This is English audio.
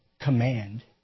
command